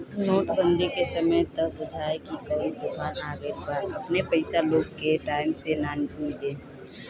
note बंदी के समय त बुझाए की कवनो तूफान आ गईल बा अपने पईसा लोग के टाइम से ना मिले